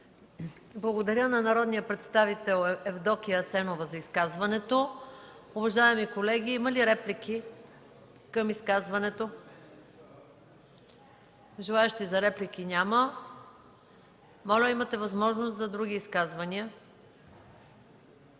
Благодаря на народния представител Евдокия Асенова за изказването. Уважаеми колеги, има ли реплики към изказването? Желаещи за реплики няма. Имате възможност за други изказвания.